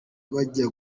bajya